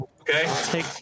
Okay